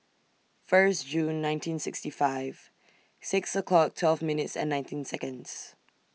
First June nineteen sixty five six o'clock twelve minutes and nineteen Seconds